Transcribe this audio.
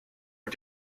und